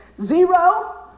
Zero